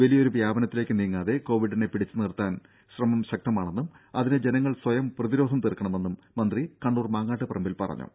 വലിയൊരു വ്യാപനത്തിലേക്ക് നീങ്ങാതെ കോവിഡിനെ പിടിച്ചുനിർത്താൻ ശ്രമം ശക്തമാണെന്നും അതിന് ജനങ്ങൾ സ്വയം പ്രതിരോധം തീർക്കണമെന്നും മന്ത്രി കണ്ണൂർ മാങ്ങാട്ടുപറമ്പിൽ പറഞ്ഞു